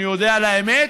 אני אודה על האמת,